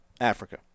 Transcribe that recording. Africa